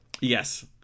yes